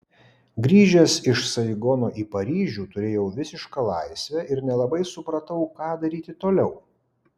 grįžęs iš saigono į paryžių turėjau visišką laisvę ir nelabai supratau ką daryti toliau